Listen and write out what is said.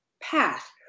path